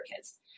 kids